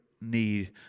need